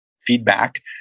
feedback